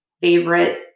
favorite